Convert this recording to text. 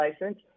license